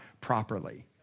properly